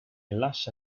lascia